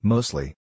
Mostly